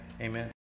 amen